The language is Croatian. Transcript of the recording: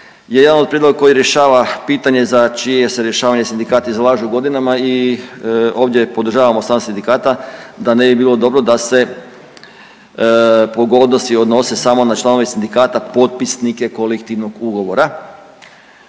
jedan od prijedloga koji rješava pitanje za čije se rješavanje sindikati izlažu godinama i ovdje podržavamo stav sindikata da ne bi bilo dobro da se pogodnosti odnose samo na članove sindikata, potpisnike kolektivnog ugovora.